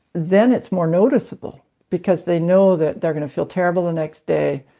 then it's more noticeable because they know that they're going to feel terrible the next day,